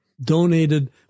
donated